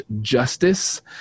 justice